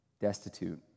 destitute